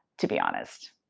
to be honest.